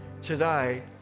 Today